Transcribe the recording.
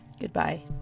Goodbye